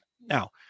Now